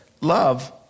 love